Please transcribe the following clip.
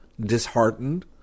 disheartened